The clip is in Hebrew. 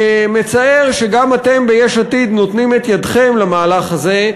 מצער שגם אתם ביש עתיד נותנים את ידכם למהלך הזה,